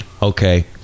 Okay